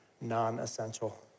non-essential